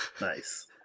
Nice